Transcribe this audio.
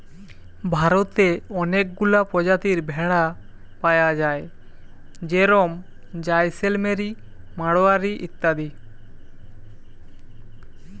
ভারতে অনেকগুলা প্রজাতির ভেড়া পায়া যায় যেরম জাইসেলমেরি, মাড়োয়ারি ইত্যাদি